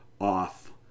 off